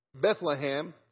Bethlehem